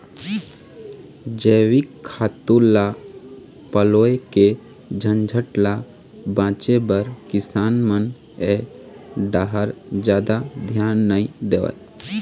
जइविक खातू ल पलोए के झंझट ल बाचे बर किसान मन ए डाहर जादा धियान नइ देवय